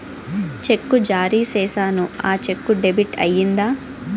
చెక్కు జారీ సేసాను, ఆ చెక్కు డెబిట్ అయిందా